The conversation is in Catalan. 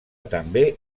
també